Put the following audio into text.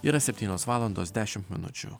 yra septynios valandos dešimt minučių